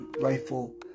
rifle